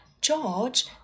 George